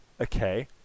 Okay